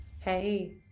Hey